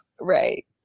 Right